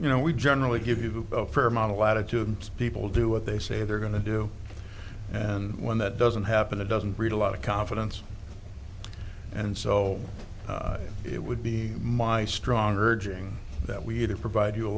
you know we generally give you a fair amount of latitude and people do what they say they're going to do and when that doesn't happen it doesn't breed a lot of confidence and so it would be my strong urging that we had to provide you a